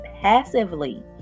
passively